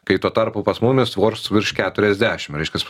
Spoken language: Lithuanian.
kai tuo tarpu pas mumis vors virš keturiasdešim reiškias